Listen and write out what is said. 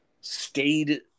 stayed